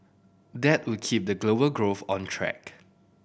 that would keep the global growth on track